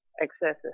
excessive